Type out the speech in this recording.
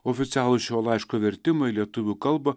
oficialų šio laiško vertimai į lietuvių kalbą